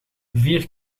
vier